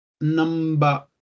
number